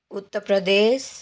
Uttar Pradesh